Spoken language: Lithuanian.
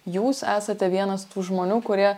jūs esate vienas tų žmonių kurie